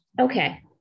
Okay